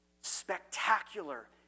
spectacular